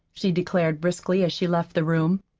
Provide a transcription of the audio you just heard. she declared briskly, as she left the room.